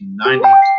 1990